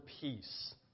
peace